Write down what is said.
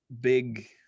big